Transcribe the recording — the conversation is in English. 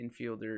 infielder